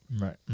Right